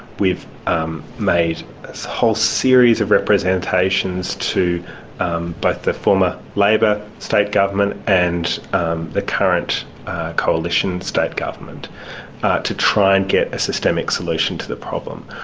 we've made a whole series of representations to both the former labor state government and the current coalition state government to try and get a systemic solution to the problem.